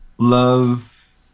Love